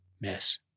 miss